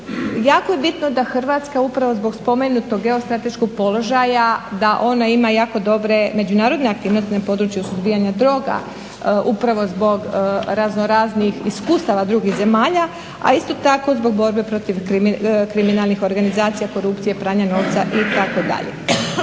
Jako je bitno da Hrvatska upravo zbog spomenutog geostrateškog položaja da ona ima jako dobre međunarodne aktivnosti na području suzbijanja droga, upravo zbog raznoraznih iskustava drugih zemalja, a isto tako zbog borbe protiv kriminalnih organizacija, korupcije, pranja novca itd.